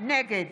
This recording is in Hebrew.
נגד